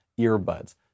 earbuds